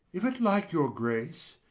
if it like your grace,